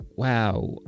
Wow